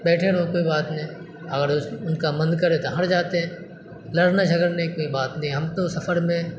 بیٹھے رہو کوئی بات نئی اگر اس ان کا من کرے تو ہٹ جاتے ہیں لڑنا جھگڑنے کی کوئی بات نہیں ہم تو سفر میں